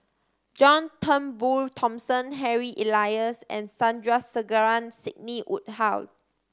John Turnbull Thomson Harry Elias and Sandrasegaran Sidney Woodhull